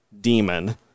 demon